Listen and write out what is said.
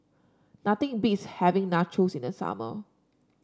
nothing beats having Nachos in the summer